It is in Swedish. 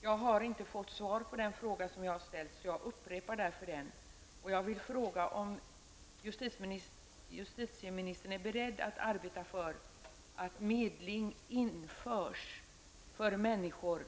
Jag har inte fått svar på den fråga jag ställt, och jag upprepar den därför: Är justitieministern beredd att arbeta för att medling införs för människor,